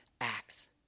acts